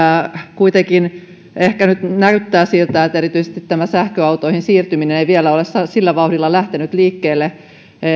kuitenkin ehkä nyt nyt näyttää siltä että erityisesti tämä sähköautoihin siirtyminen ei vielä ole sillä vauhdilla lähtenyt liikkeelle